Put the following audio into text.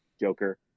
joker